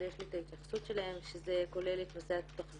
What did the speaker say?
יש לי את ההתייחסות שלהם שזה כולל את נושא התחזוקה,